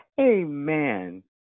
Amen